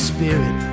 Spirit